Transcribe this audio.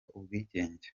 ubwigenge